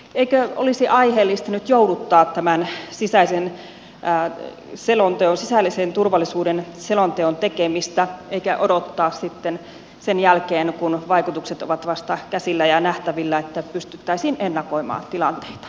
eikö olisi aiheellista nyt jouduttaa tämän sisäisen turvallisuuden selonteon tekemistä eikä odottaa sitten sen jälkeen kun vaikutukset ovat vasta käsillä ja nähtävillä että pystyttäisiin ennakoimaan tilanteita